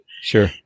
Sure